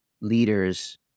leaders